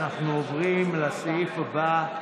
אנחנו עוברים לסעיף הבא,